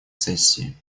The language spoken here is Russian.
сессии